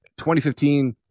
2015